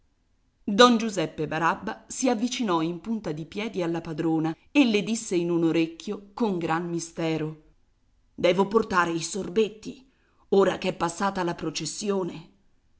don giuseppe barabba si avvicinò in punta di piedi alla padrona e le disse in un orecchio con gran mistero devo portare i sorbetti ora ch'è passata la processione